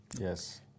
Yes